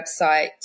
website